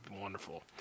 wonderful